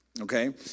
Okay